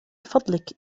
فضلك